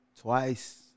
Twice